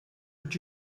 did